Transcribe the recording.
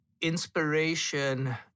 inspiration